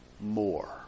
more